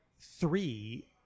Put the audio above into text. three